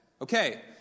Okay